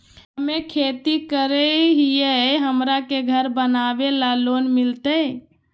हमे खेती करई हियई, हमरा के घर बनावे ल लोन मिलतई?